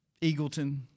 Eagleton